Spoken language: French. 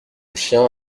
chien